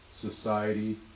society